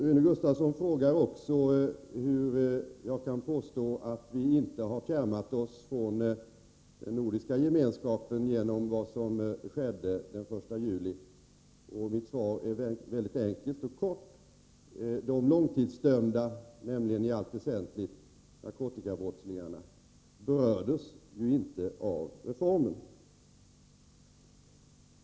Rune Gustavsson frågade också hur jag kan påstå att vi inte har fjärmat oss från den nordiska gemenskapen genom vad som skedde den 1 juli. Mitt svar är mycket enkelt och kort: De långtidsdömda, nämligen i allt väsentligt narkotikabrottslingarna, berördes ju inte av reformen.